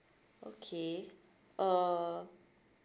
okay uh